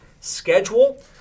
schedule